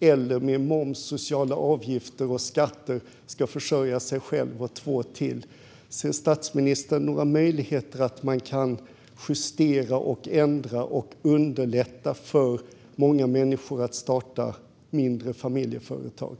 eller med moms, sociala avgifter och skatter ska försörja sig själv och två till. Ser statsministern några möjligheter att justera och ändra för att underlätta för många människor att starta mindre familjeföretag?